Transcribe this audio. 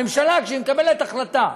הממשלה, כשהיא מקבלת החלטה